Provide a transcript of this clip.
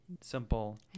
simple